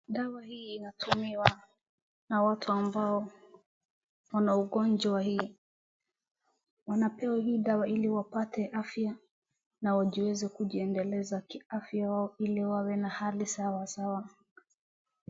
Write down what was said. Dawa hii inatumiwa na watu ambao wana ugonjwa hii. Wanapewa hii dawa ili wapate afya na wajiweze kujiendeleza kiafya ili wawe na hali sawasawa.